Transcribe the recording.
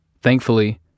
Thankfully